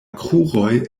kruroj